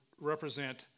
represent